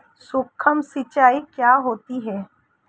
सुक्ष्म सिंचाई क्या होती है?